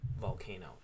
volcano